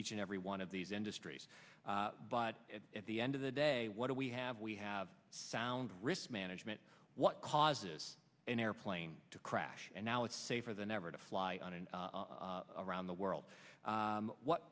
each and every one of these industries but at the end of the day what do we have we have sound risk management what causes an airplane to crash and now it's safer than ever to fly on in a around the world what